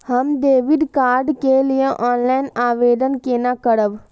हम debit card के लिए ऑनलाइन आवेदन केना करब?